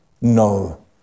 no